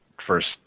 first